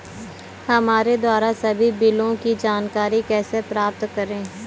हमारे द्वारा सभी बिलों की जानकारी कैसे प्राप्त करें?